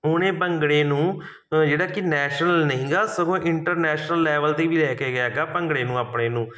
ਹੁਣ ਇਹ ਭੰਗੜੇ ਨੂੰ ਜਿਹੜਾ ਕਿ ਨੈਸ਼ਨਲ ਨਹੀਂ ਗਾ ਸਗੋਂ ਇੰਟਰਨੈਸ਼ਨਲ ਲੈਵਲ 'ਤੇ ਵੀ ਲੈ ਕੇ ਗਿਆ ਹੈਗਾ ਭੰਗੜੇ ਨੂੰ ਆਪਣੇ ਨੂੰ